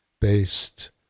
based